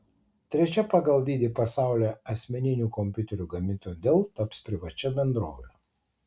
trečia pagal dydį pasaulyje asmeninių kompiuterių gamintoja dell taps privačia bendrove